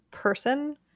person